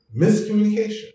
miscommunication